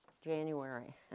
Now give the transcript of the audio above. January